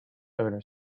owner